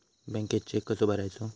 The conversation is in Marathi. बँकेत चेक कसो भरायचो?